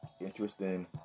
interesting